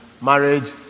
marriage